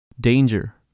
danger